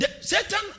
Satan